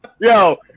Yo